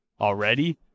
already